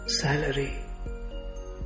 salary